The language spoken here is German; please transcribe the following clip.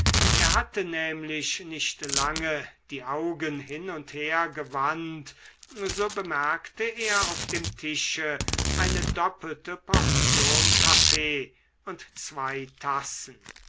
er hatte nämlich nicht lange die augen hin und her gewandt so bemerkte er auf dem tische eine doppelte portion kaffee und zwei tassen